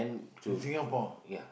in Singapore